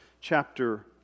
chapter